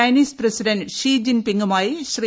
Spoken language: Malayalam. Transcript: ചൈനീസ് പ്രസിഡന്റ് ഷി ജിങ് പിങുമായി ശ്രീ